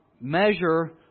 measure